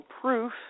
proof